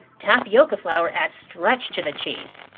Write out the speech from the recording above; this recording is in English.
tapioca flour adds stretch to the cheese.